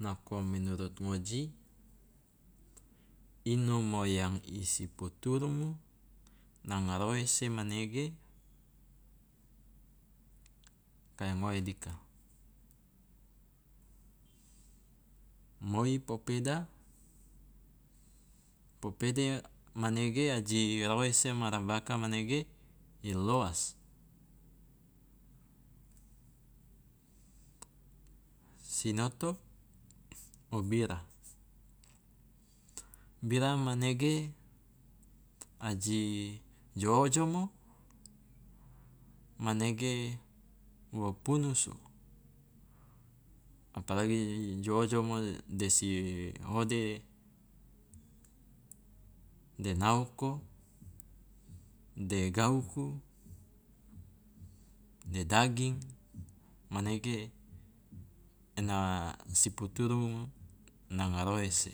Nako menurut ngoji inomo yang i si puturungu nanga roese manege kai ngoe dika. Moi popeda, popeda manege aji roese ma rabaka manege i loas. Sinoto o bira, bira manege aji jo ojomo manege wo punusu apalagi jo ojomo de si hode de naoko, de gauku, de daging manege ena si puturu nanga roese.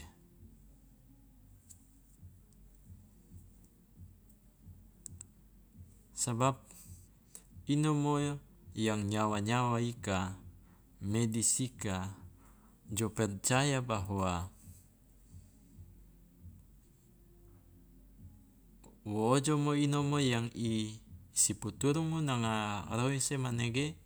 Sabab inomo yang nyawa nyawa ika, medis ika jo percaya bahwa wo ojomo inomo yang i si puturungu nanga roese manege